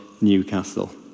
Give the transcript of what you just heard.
Newcastle